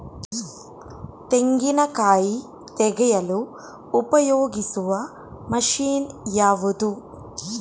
ತೆಂಗಿನಕಾಯಿ ತೆಗೆಯಲು ಉಪಯೋಗಿಸುವ ಮಷೀನ್ ಯಾವುದು?